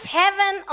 heaven